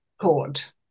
Court